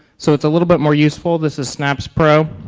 so it's a little bit more useful. this is snaps pro.